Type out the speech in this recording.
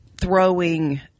Throwing